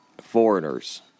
foreigners